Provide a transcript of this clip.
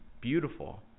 beautiful